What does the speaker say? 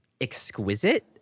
Exquisite